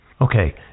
Okay